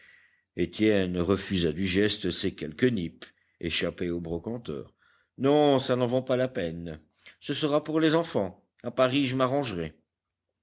étienne refusa du geste ces quelques nippes échappées aux brocanteurs non ça n'en vaut pas la peine ce sera pour les enfants a paris je m'arrangerai